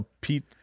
Pete